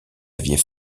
aviez